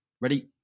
Ready